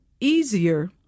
easier